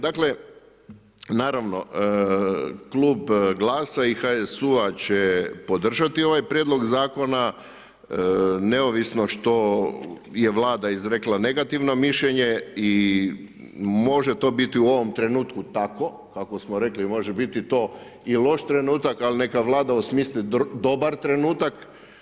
Dakle, naravno klub GLAS-a i HSU-a će podržati ovaj prijedlog zakona neovisno što je Vlada izrekla negativno mišljenje i može to biti u ovom trenutku tako kako smo rekli, može biti to i loš trenutak, ali neka Vlada osmisli dobar trenutak.